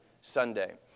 Sunday